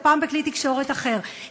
פעם בכלי תקשורת אחר,